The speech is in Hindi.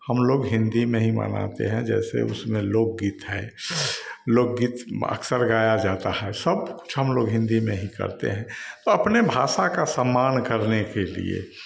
हमलोग हिन्दी में ही मनाते हैं जैसे इसमें लोकगीत है लोकगीत अक्सर गाया जाता है सबकुछ हमलोग हिन्दी में ही करते हैं अपनी भाषा का सम्मान करने के लिए